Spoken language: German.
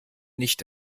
nicht